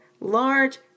large